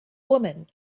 woman